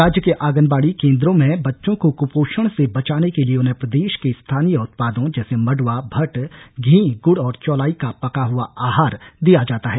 राज्य के आंगनबाड़ी केंद्रों में बच्चों को कृपोषण से बचाने के लिए उन्हें प्रर्देश के स्थानीय उत्पादों जैसे मंड्रआ भट्ट घी गूड़ और चौलाई का पका हुआ आहार दिया जाता है